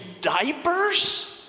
diapers